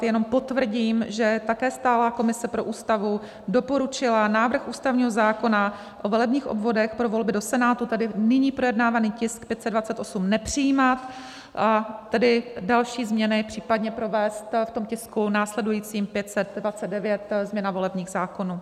Jenom potvrdím, že také stálá komise pro Ústavu doporučila návrh ústavního zákona o volebních obvodech pro volby do Senátu, tedy nyní projednávaný tisk 528, nepřijímat, a tedy další změny případně provést v tisku následujícím, 529 změna volebních zákonů.